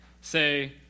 Say